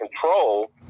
control